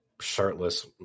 shirtless